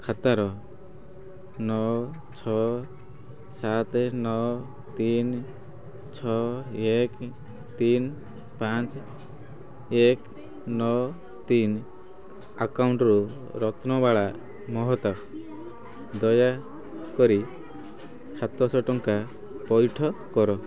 ଖାତାର ନଅ ଛଅ ସାତ ନଅ ତିନି ଛଅ ଏକ ତିନି ପାଞ୍ଚ ଏକ ନଅ ତିନି ଆକାଉଣ୍ଟ୍ରୁ ରତ୍ନବାଳା ମହତ ଦୟାକରି ସାତଶହ ଟଙ୍କା ପଇଠ କର